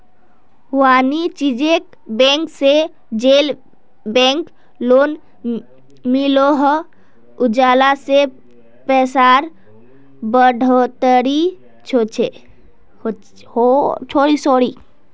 वानिज्ज्यिक बैंक से जेल बैंक लोन मिलोह उला से पैसार बढ़ोतरी होछे